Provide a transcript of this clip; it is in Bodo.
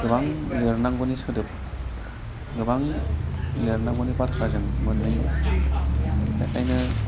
गोबां लिरनांगौनि सोदोब गोबां लिरनांगौनि बाथ्रा जों मोनहैयो बेनिखायनो